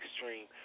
extreme